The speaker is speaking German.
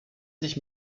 sich